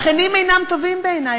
השכנים אינם טובים בעיני,